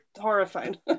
horrified